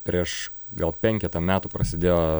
prieš gal penketą metų prasidėjo